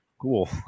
cool